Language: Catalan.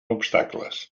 obstacles